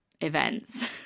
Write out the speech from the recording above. events